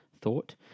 thought